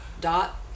dot